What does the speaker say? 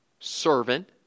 Servant